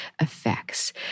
effects